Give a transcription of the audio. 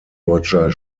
deutscher